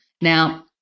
now